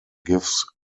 gives